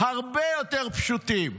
הרבה יותר פשוטים.